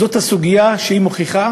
זאת הסוגיה שמוכיחה